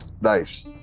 Nice